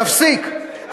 תפסיק.